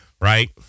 right